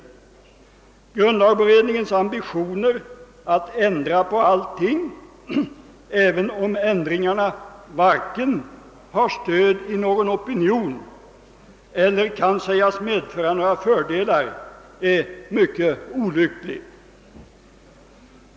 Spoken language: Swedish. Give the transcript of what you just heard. Grundlagberedningens ambitioner att ändra på allting, även om ändringarna varken har stöd i någon opinion eller kan sägas medföra några fördelar, är mycket olyckliga.